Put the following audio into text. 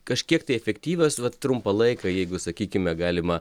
kažkiek tai efektyvios vat trumpą laiką jeigu sakykime galima